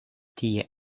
tie